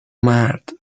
مرد